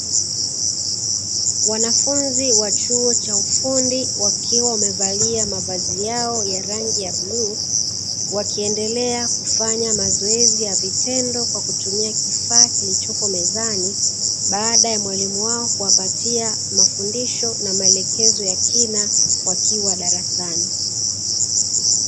Wanafunzi wa chuo cha ufundi wakiwa wamevalia mavazi yao ya rangi ya bluu, wakiendelea kufanya mazoezi yavitendo kwa kutumia kifaa kilichopo mezani, baada ya mwalimu wao kuwapatia mafundisho na maelekezo ya kina wakiwa darasani.